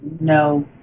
no